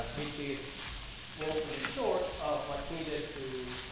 which is woefully short of what's needed to,